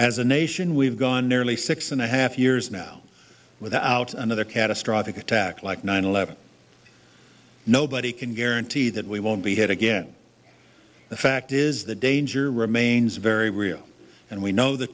as a nation we've gone nearly six and a half years now without another catastrophic attack like nine eleven nobody can guarantee that we won't be hit again the fact is the danger remains very real and we know the